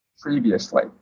previously